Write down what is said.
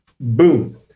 boom